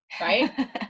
Right